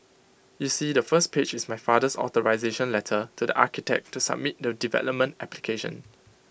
you see the first page is my father's authorisation letter to the architect to submit the development application